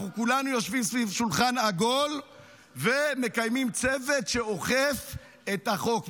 אנחנו כולנו יושבים סביב שולחן עגול ומקיימים צוות שאוכף את החוק.